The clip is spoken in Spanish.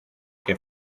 que